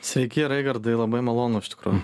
sveiki raigardai labai malonu iš tikrųjų